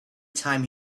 time